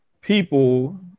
People